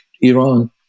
Iran